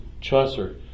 Chaucer